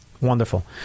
Wonderful